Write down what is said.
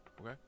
Okay